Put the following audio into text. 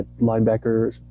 linebackers